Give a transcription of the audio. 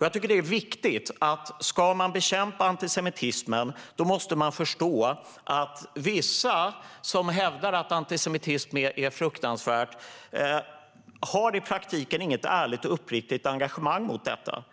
Om man ska bekämpa antisemitismen måste man förstå att vissa som hävdar att antisemitism är fruktansvärt i praktiken inte har något ärligt och uppriktigt engagemang mot det här. Det är viktigt att förstå,